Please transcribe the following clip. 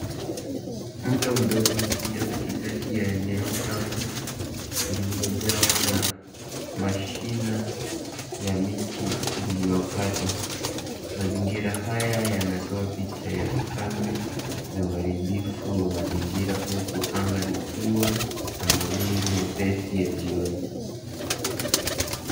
Mto mdogo unapita katikati ya eneo kavu lililojawa na mashina ya miti iliyokatwa. Mazingira haya yanatoa picha ya ukame na uharibifu wa mazingira huku anga likiwa na mawingu mepesi ya jioni.